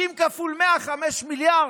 50 כפול 100, 5 מיליארד.